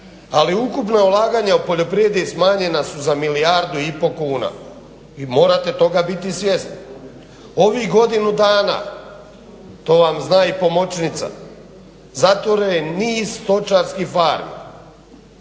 ali ukupno ulaganja u poljoprivredi smanjena su ma milijardu i pol kuna, vi morate toga biti svjesni. Ovih godinu dana, to vam zna i pomoćnica, zatvoren je niz stočarskih farmi.